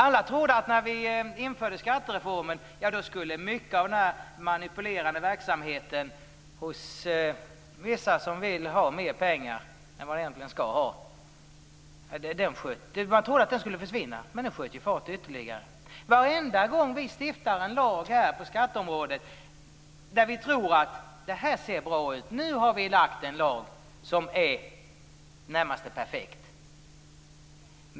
När skattereformen infördes trodde alla att mycket av den manipulerande verksamheten hos vissa som vill ha mer pengar än vad de egentligen skall ha skulle försvinna, men den sköt ju ytterligare fart. Varenda gång som det stiftas en lag på skatteområdet tror man att det ser bra ut och att det är en lag som i det närmaste är perfekt.